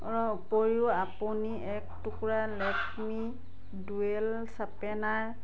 ৰ ওপৰিও আপুনি এক টুকুৰা লেকমি ডুৱেল চাপেনাৰ